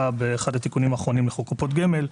באחד התיקונים האחרונים לחוק קופות גמל.